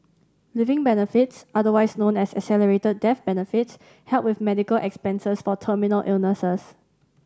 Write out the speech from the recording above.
living benefits otherwise known as accelerated death benefits help with medical expenses for terminal illnesses